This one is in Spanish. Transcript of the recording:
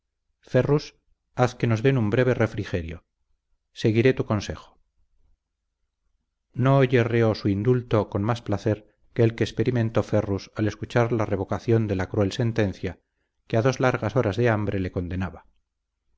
ferrus haz que nos den un breve refrigerio seguiré tu consejo no oye reo su indulto con más placer que el que experimentó ferrus al escuchar la revocación de la cruel sentencia que a dos largas horas de hambre le condenaba